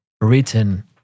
written